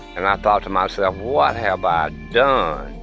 and i thought to myself, what have i done?